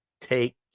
Take